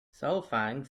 solfaing